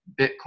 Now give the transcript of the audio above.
Bitcoin